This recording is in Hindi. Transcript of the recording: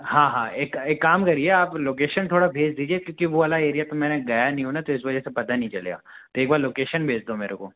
हाँ हाँ एक एक काम करिए आप लोकेशन थोड़ा भेज दीजिए क्योंकि वो वाला एरिया तो मैंने गया नहीं हूँ ना तो इस वजह से पता नहीं चलेगा तो एक बार लोकेशन भेज दो मेरे को